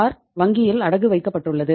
car வங்கியில் அடகு வைக்கப்பட்டுள்ளது